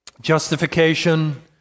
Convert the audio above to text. justification